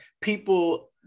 People